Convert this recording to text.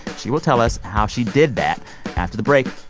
she will tell us how she did that after the break.